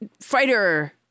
fighter